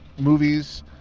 movies